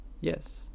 yes